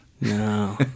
no